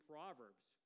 Proverbs